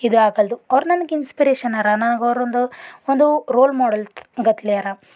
ಇದು ಆಗಲ್ದು ಅವ್ರು ನನ್ಗೆ ಇನ್ಸ್ಪಿರೇಶನ್ ಅರ ನಾಗ ಅವರೊಂದು ಒಂದು ರೋಲ್ ಮೋಡೆಲ್ ಗತ್ಲೆ ಅರ